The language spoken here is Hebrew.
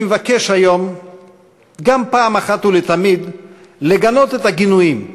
אני מבקש היום גם פעם אחת ולתמיד לגנות את הגינויים,